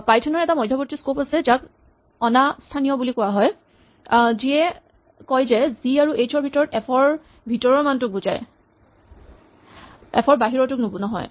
পাইথনৰ এটা মধ্যৱৰ্তী স্কপ আছে যাক অনা স্থানীয় বুলি কোৱা হয় যিয়ে কয় যে জি আৰু এইচ ৰ ভিতৰত এফ ৰ ভিতৰৰ মানটোক বুজায় কিন্তু এফ ৰ বাহিৰৰ টোক নহয়